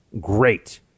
great